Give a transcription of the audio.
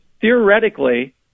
theoretically